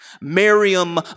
Miriam